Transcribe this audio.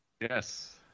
Yes